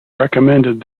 recommended